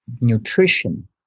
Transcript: nutrition